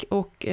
och